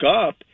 up